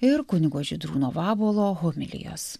ir kunigo žydrūno vabuolo homilijos